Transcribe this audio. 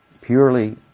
purely